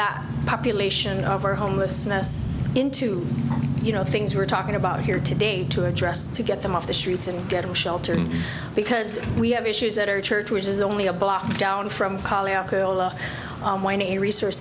that population of our homelessness into you know things we're talking about here today to address to get them off the streets and getting shelters because we have issues at our church which is only a block down from a res